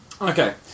Okay